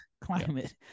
climate